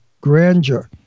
grandeur